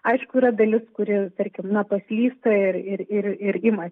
aišku yra dalis kuri tarkim paslysta ir ir ir ima